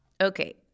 Okay